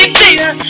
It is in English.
baby